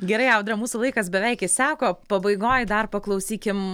gerai audra mūsų laikas beveik išseko pabaigoj dar paklausykim